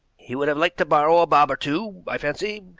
he would have liked to borrow a bob or two, i fancy,